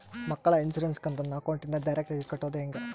ಮಕ್ಕಳ ಇನ್ಸುರೆನ್ಸ್ ಕಂತನ್ನ ಅಕೌಂಟಿಂದ ಡೈರೆಕ್ಟಾಗಿ ಕಟ್ಟೋದು ಹೆಂಗ?